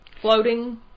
Floating